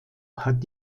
hat